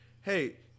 hey